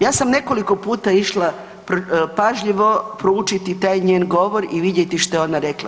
Ja sam nekoliko puta išla pažljivo proučiti taj njen govor i vidjeti što je rekla.